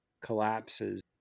collapses